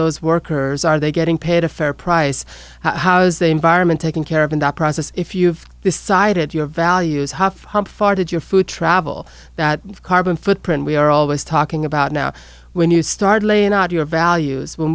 those workers are they getting paid a fair price how's the environment taken care of in that process if you've decided your values have farted your food travel that carbon footprint we are always talking about now when you start laying out your values when